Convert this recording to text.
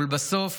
ולבסוף